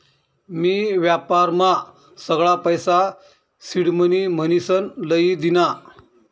मी व्यापारमा सगळा पैसा सिडमनी म्हनीसन लई दीना